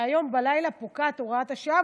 שהיום בלילה פוקעת הוראת השעה,